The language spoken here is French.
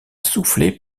soufflet